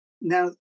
now